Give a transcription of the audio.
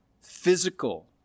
physical